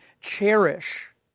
cherish